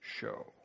show